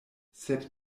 sed